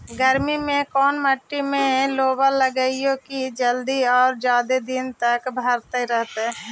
गर्मी में कोन मट्टी में लोबा लगियै कि जल्दी और जादे दिन तक भरतै रहतै?